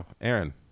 Aaron